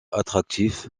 attractif